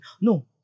no